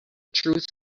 truth